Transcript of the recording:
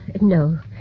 No